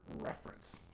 reference